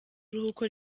iruhuko